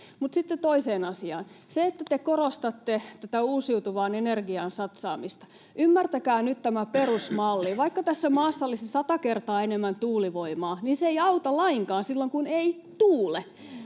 toiseen asiaan, siihen, että te korostatte tätä uusiutuvaan energiaan satsaamista. Ymmärtäkää nyt tämä perusmalli. Vaikka tässä maassa olisi sata kertaa enemmän tuulivoimaa, se ei auta lainkaan silloin, kun ei tuule.